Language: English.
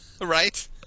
right